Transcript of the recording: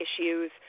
issues